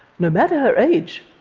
no matter her age,